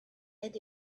and